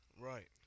right